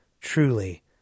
Truly